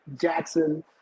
Jackson